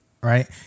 right